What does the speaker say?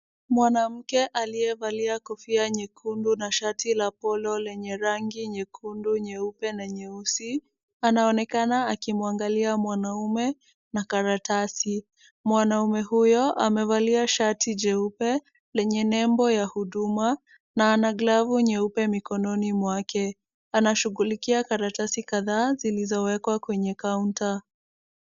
Mwanamke aliyevalia kofia nyekundu na shati la polo lenye rangi nyekundu, nyeupe na nyeusi. Anaonekana akimwangalia mwanaume na karatasi. Mwanaume huyo amevalia shati jeupe lenye nembo ya huduma na ana glavu nyeupe mkononi mwake. Anashughulikia karatasi kadhaa zilizowekwa kwenye counter .